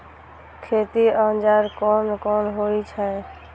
खेती औजार कोन कोन होई छै?